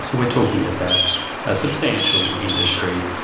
so we're talking about a substantial industry.